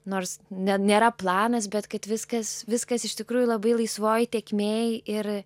nors ne nėra planas bet kad viskas viskas iš tikrųjų labai laisvoj tėkmėj ir